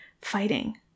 fighting